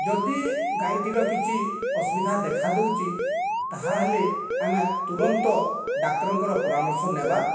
ଯଦି ଗାଈଟିର କିଛି ଅସୁବିଧା ଦେଖା ଦେଉଛି ତାହେଲେ ଆମେ ତୁରନ୍ତ ଡାକ୍ତରଙ୍କର ପରାମର୍ଶ ନେବା